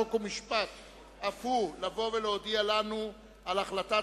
חוק ומשפט לבוא אף הוא ולהודיע לנו על החלטת